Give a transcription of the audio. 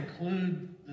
include